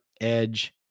edge